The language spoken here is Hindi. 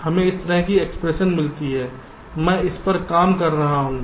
तो हमें इस तरह की एक्सप्रेशन मिलती है मैं इस पर काम कर रहा हूँ